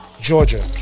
Georgia